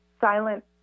silent